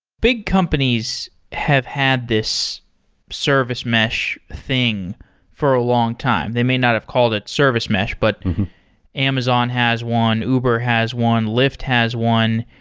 big companies have had this service mesh thing for a long time. they may not have called it service mesh, but amazon has one. uber has one. lyft has one.